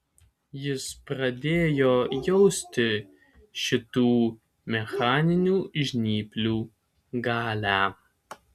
jis pradėjo jausti šitų mechaninių žnyplių galią